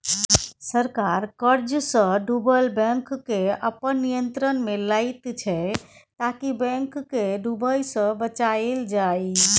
सरकार कर्जसँ डुबल बैंककेँ अपन नियंत्रणमे लैत छै ताकि बैंक केँ डुबय सँ बचाएल जाइ